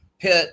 Pitt